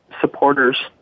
supporters